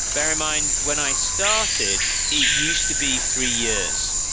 bear in mind, when i started, it used to be three years.